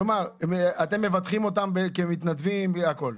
כלומר, אתם מבטחים אותם כמתנדבים והכל.